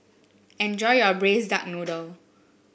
enjoy your Braised Duck Noodle